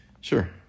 Sure